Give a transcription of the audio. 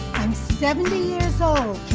i'm seventy years old.